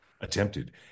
attempted